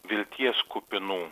vilties kupinų